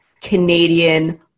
Canadian